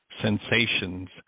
sensations